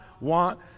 want